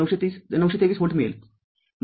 ९२३ volt मिळेल